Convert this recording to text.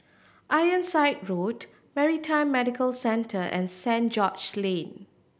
Ironside Road Maritime Medical Centre and Saint George Lane